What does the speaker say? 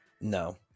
No